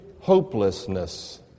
hopelessness